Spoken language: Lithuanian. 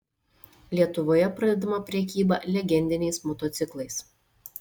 lietuvoje pradedama prekyba legendiniais motociklais